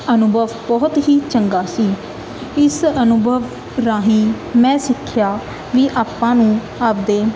ਅਨੁਭਵ ਬਹੁਤ ਹੀ ਚੰਗਾ ਸੀ ਇਸ ਅਨੁਭਵ ਰਾਹੀਂ ਮੈਂ ਸਿੱਖਿਆ ਵੀ ਆਪਾਂ ਨੂੰ ਆਪਦੇ